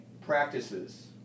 Practices